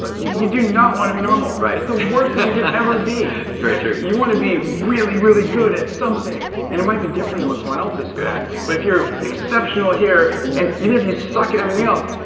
but you do not want to be normal. it's the worst thing you could ever be it's very true you want to be really, really good at something. and it might be different than what someone else is good at, but if you're exceptional here and even if you suck at everything else,